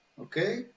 Okay